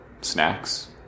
snacks